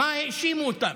במה האשימו אותם.